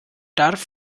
darf